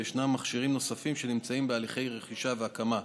ויש מכשירים נוספים שנמצאים בהליכי רכישה והקמה,